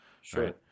Sure